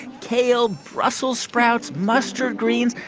kale, brussels sprouts, mustard greens.